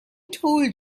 told